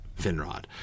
Finrod